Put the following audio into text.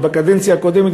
אבל בקדנציה הקודמת,